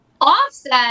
offset